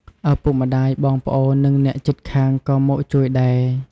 ឪពុកម្ដាយ បងប្អូន និងអ្នកជិតខាងក៏មកជួយដែរ។